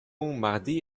mardi